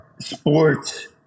sports